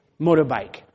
motorbike